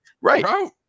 right